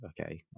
okay